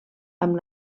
amb